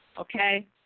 Okay